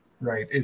right